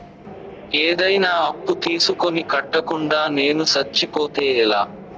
ఏదైనా అప్పు తీసుకొని కట్టకుండా నేను సచ్చిపోతే ఎలా